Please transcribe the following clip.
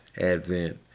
advent